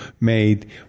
made